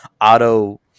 auto